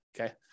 Okay